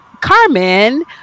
Carmen